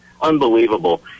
Unbelievable